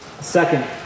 Second